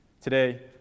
Today